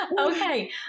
Okay